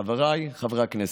חבריי חברי הכנסת,